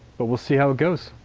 but we'll see how it goes.